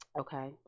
okay